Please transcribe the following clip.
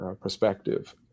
perspective